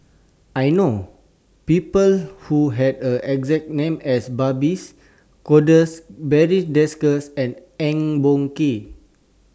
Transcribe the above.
I know People Who Have The exact name as Babes Conde Barry Desker and Eng Boh Kee